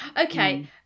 Okay